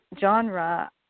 genre